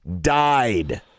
died